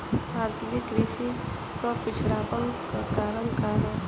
भारतीय कृषि क पिछड़ापन क कारण का ह?